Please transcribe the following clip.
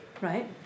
right